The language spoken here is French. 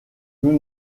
nous